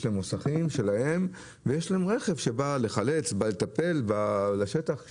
לאגד יש מוסכים שלה ויש לה רכב שבא לחלץ מכונית ולטפל בה בשטח.